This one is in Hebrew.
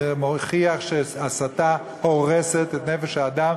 זה מוכיח שהסתה הורסת את נפש האדם,